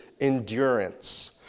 endurance